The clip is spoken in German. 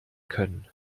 können